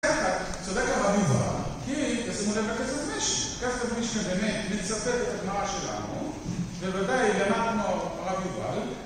צודק הרב יובל, כי - תשימו לב לכסף משנה - הכסף משנה באמת מצטט את הגמרא שלנו, ווודאי יאמר כמו הרב יובל